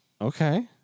okay